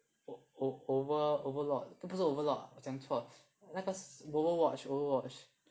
O~ O~ Over Overlord eh 不是 overlord 我讲错那个是 Overwatch Overwatch